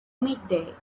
midday